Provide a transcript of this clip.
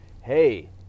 hey